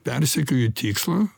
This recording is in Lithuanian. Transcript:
persekioju tikslą